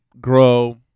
grow